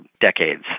decades